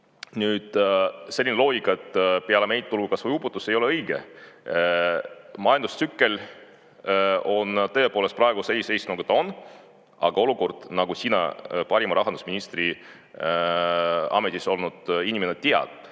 Nüüd, selline loogika, et peale meid tulgu kasvõi uputus, ei ole õige. Majandustsükkel on, tõepoolest, praegu seis on, nagu on, aga olukord, nagu sina parima rahandusministri ametis olnud inimene tead